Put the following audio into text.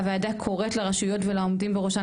הוועדה קוראת לרשויות ולעומדים בראשן